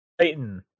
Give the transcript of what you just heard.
Titan